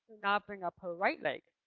now, bring up her right leg